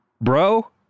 Bro